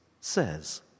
says